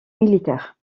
militaire